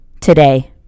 today